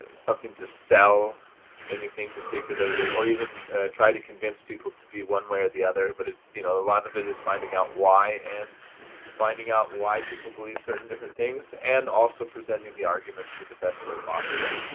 something to sell anything particularly or even try to convince people to be one way or the other but it's you know a lot of it is finding out why and finding out why people believe certain differe nt things and also pre senting the argu ments in the best way possible,